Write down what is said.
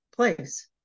place